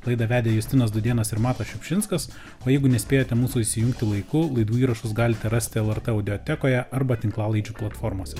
laidą vedė justinas dūdėnas ir matas šiupšinskas o jeigu nespėjote mūsų įsijungti laiku laidų įrašus galite rasti audiotekoje arba tinklalaidžių platformose